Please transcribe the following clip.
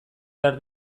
behar